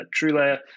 TrueLayer